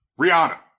Rihanna